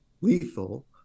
lethal